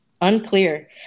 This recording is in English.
Unclear